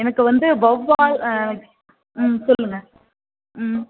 எனக்கு வந்து வவ்வால் ம் சொல்லுங்க ம்